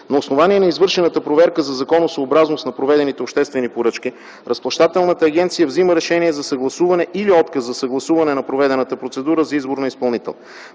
На основание на извършената проверка за законосъобразност на проведените обществени поръчки, Разплащателната агенция взима решение за съгласуване или отказ за съгласуване на проведената процедура за избор на изпълнител.